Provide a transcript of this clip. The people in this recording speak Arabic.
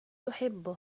أحبه